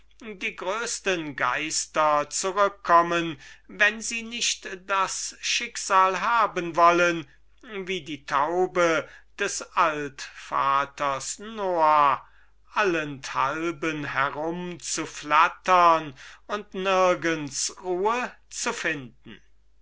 die größesten geister zurückkommen wenn sie nicht das schicksal haben wollen wie die taube des altvaters noah allenthalben herumzuflattern und nirgends ruhe zu finden